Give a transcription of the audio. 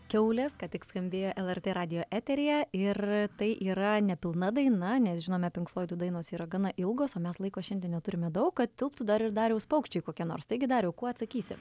kiaulės ką tik skambėjo lrt radijo eteryje ir tai yra nepilna daina nes žinome pink floidų dainos yra gana ilgos o mes laiko šiandien neturime daug kad tilptų dar ir dariaus paukščiai kokie nors taigi dariau kuo atsakysi